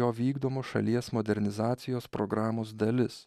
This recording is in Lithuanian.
jo vykdomos šalies modernizacijos programos dalis